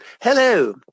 Hello